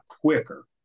quicker